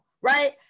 right